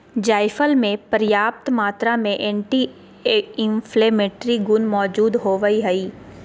जायफल मे प्रयाप्त मात्रा में एंटी इंफ्लेमेट्री गुण मौजूद होवई हई